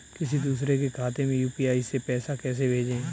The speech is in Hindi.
किसी दूसरे के खाते में यू.पी.आई से पैसा कैसे भेजें?